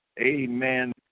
Amen